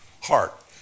heart